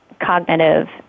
cognitive